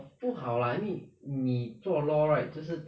不好 lah I mean 你做 law right 就是